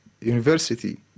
university